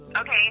Okay